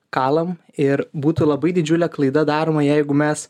kalam ir būtų labai didžiulė klaida daroma jeigu mes